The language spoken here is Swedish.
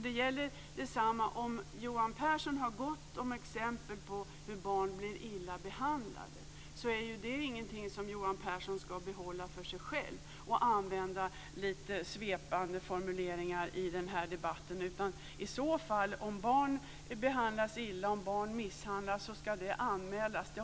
Det samma gäller om Johan Pehrson har gott om exempel på att barn blir illa behandlade. Det är ingenting som Johan Pehrson ska behålla för sig själv och använda i lite svepande formuleringar i denna debatt. Om barn behandlas illa och misshandlas ska det anmälas.